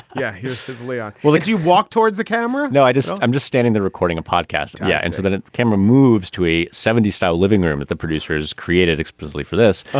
yeah. here's his leon. well, let's you walk towards the camera. no, i just. i'm just standing recording a podcast. yeah. and so that camera moves to a seventy style living room that the producers created explicitly for this. ah